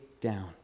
down